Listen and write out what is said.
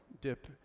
dip